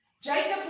Jacob